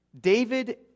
David